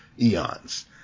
eons